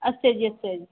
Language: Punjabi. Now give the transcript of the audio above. ਅੱਛਾ ਜੀ ਅੱਛਾ ਜੀ